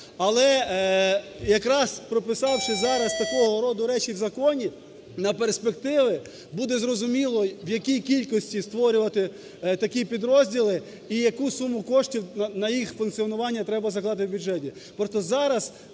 Але якраз прописавши зараз такого роду речі в законі, на перспективу буде зрозуміло, в якій кількості створювати такі підрозділи і яку суму коштів на їх функціонування треба закласти в бюджеті.